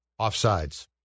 offsides